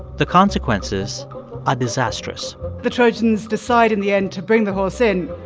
the consequences are disastrous the trojans decide, in the end, to bring the horse in.